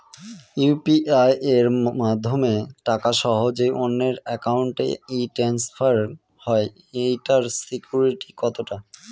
UPI মাধ্যমে টাকা সহজেই অন্যের অ্যাকাউন্ট ই ট্রান্সফার হয় এইটার সিকিউর কত টা?